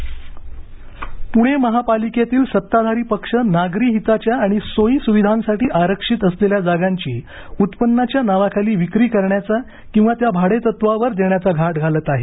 महापालिका सेवाक्षेत्र प्णे महापालिकेतील सत्ताधारी पक्ष नागरी हिताच्या आणि सोयी सुविधांसाठी आरक्षित असलेल्या जागांची उत्पन्नाच्या नावाखाली विक्री करण्याचा किंवा त्या भाडेतत्त्वावर देण्याचा घाट घालत आहे